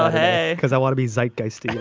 ah hey. because i want to be zeitgeist, you know,